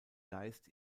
geist